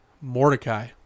Mordecai